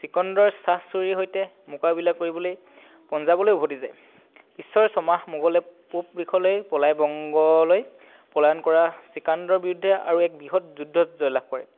ছিকন্দৰ ছাহ চুৰীৰ সৈতে মুকাবিলা কৰিবলৈ পঞ্জাৱলৈ উভতি যায় পিছৰ ছমাহ মোগলে পূব দিশলৈ পলায় বংগলৈ পলায়ন কৰা ছিকন্দৰ বিৰুদ্ধে আৰু এক বৃহৎ যুদ্ধত জয় লাভ কৰে